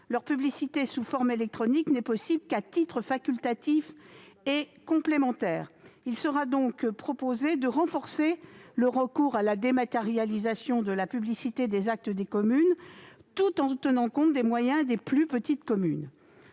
leur publicité sous forme électronique n'est possible qu'à titre facultatif et complémentaire. Il sera donc proposé de renforcer le recours à la dématérialisation de la publicité des actes des communes, tout en tenant compte des moyens des plus petites communes.